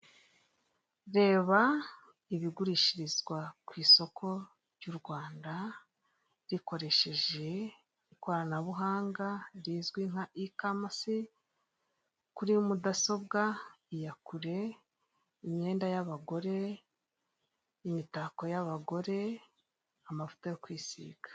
Reba ibigurishirizwa ku isoko ry'u Rwanda, rikoresheje ikoranabuhanga rizwi nka ikamasi kuri mudasobwa, iyakure, imyenda y'abagore, imitako y'abagore, amavuta yo kwisiga.